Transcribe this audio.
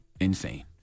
insane